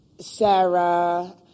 Sarah